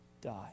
die